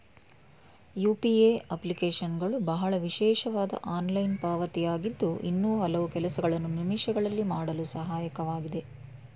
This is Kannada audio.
ಯು.ಪಿ.ಎ ಅಪ್ಲಿಕೇಶನ್ಗಳು ಬಹಳ ವಿಶೇಷವಾದ ಆನ್ಲೈನ್ ಪಾವತಿ ಆಗಿದ್ದು ಇನ್ನೂ ಹಲವು ಕೆಲಸಗಳನ್ನು ನಿಮಿಷಗಳಲ್ಲಿ ಮಾಡಲು ಸಹಾಯಕವಾಗಿದೆ